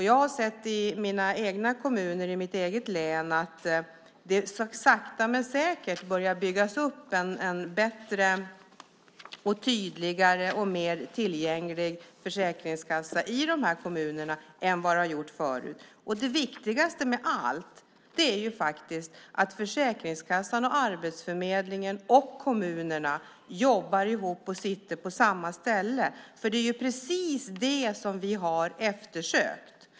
Jag har sett i kommunerna i mitt eget län att det sakta men säkert börjar byggas upp en bättre, tydligare och mer tillgänglig försäkringskassa i de här kommunerna än vad som har funnits förut. Det viktigaste av allt är faktiskt att Försäkringskassan, Arbetsförmedlingen och kommunerna jobbar ihop och sitter på samma ställe, för det är precis det som vi har efterlyst.